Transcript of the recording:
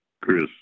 Chris